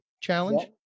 challenge